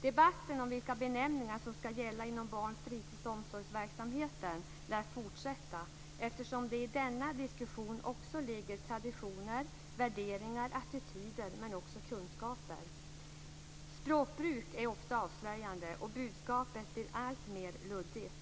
Debatten om vilka benämningar som skall gälla inom barn-, fritids och omsorgsverksamheten lär fortsätta, eftersom det i denna diskussion också ligger traditioner, värderingar och attityder, men också kunskaper. Språkbruk är ofta avslöjande, och budskapet blir alltmer luddigt.